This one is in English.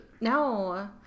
No